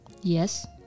yes